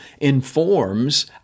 informs